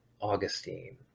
Augustine